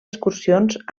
excursions